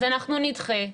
אז אנחנו נדחה,